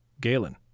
Galen